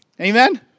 amen